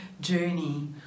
journey